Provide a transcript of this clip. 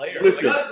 listen